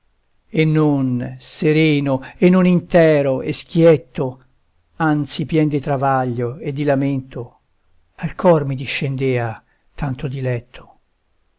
e non sereno e non intero e schietto anzi pien di travaglio e di lamento al cor mi discendea tanto diletto